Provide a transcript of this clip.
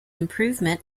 improvement